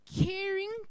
caring